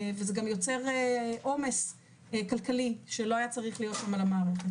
וזה גם יוצר עומס כלכלי שלא היה צריך להיות שם על המערכת,